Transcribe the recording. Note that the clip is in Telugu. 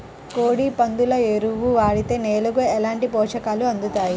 కోడి, పందుల ఎరువు వాడితే నేలకు ఎలాంటి పోషకాలు అందుతాయి